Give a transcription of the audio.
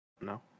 no